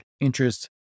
interest